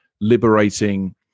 liberating